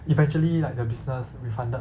eventually like the business refunded